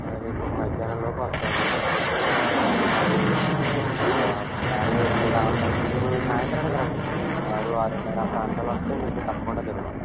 రేపు మధ్యాహ్నం లోపు వస్తాయండి అంటే పొద్దున్నా వాడు వ్యాన్లో వేసుకొని రావాలి కదండి మీరు సాయంత్రానికి రండి ఆరు ఆరున్నర ప్రాంతంలో వస్తే మీకు తప్పకుండా దొరుకుతుంది